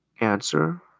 answer